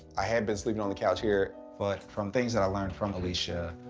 i had been sleeping on the couch here. but from things that i learned from aleshia,